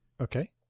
Okay